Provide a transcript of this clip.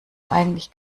eigentlich